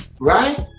right